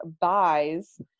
buys